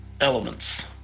elements